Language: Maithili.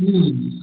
हंँ